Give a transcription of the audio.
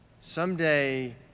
someday